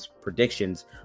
predictions